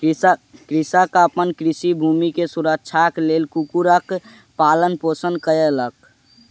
कृषक अपन कृषि भूमि के सुरक्षाक लेल कुक्कुरक पालन पोषण कयलक